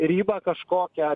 ribą kažkokią